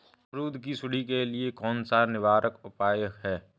अमरूद की सुंडी के लिए कौन सा निवारक उपाय है?